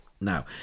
now